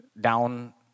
down